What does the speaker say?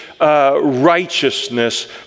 righteousness